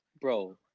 bro